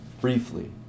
briefly